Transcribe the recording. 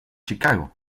chicago